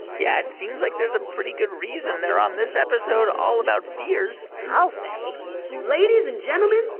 yeah, it seems like there's a pretty good reason they're on this episode all about fears i'll say ladies and gentlemen,